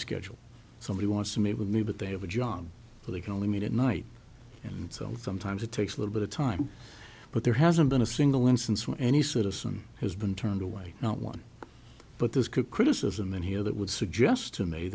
schedule somebody wants to meet with me but they have a job so they can only meet at night and so sometimes it takes a little bit of time but there hasn't been a single instance where any citizen has been turned away not one but this could criticism in here that would suggest